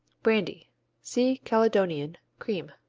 brandy see caledonian, cream.